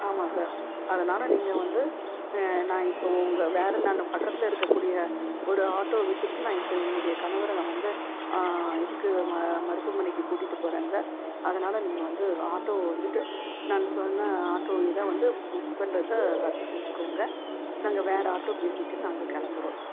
ஆமாம் சார் அதனால் நீங்கள் வந்து நான் இப்போது உங்கள் வேற நான் பக்கத்தில் இருக்கக்கூடிய ஒரு ஆட்டோவை வச்சிட்டு நான் இப்போ என்னுடைய கணவரை நான் வந்து இதுக்கு ம மருத்துவமனைக்கு கூட்டிட்டு போகிறேன் சார் அதனால் நீங்கள் வந்து ஆட்டோவை வந்துட்டு நான் சொன்ன ஆட்டோ இதை வந்து புக் பண்ணுறத ரத்து செஞ்சிக்கோங்க நாங்கள் வேறு ஆட்டோ பேசிகிட்டு நாங்கள் கிளம்புறோம் சார்